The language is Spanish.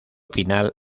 final